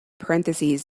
parentheses